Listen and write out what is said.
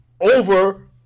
Over